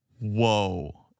Whoa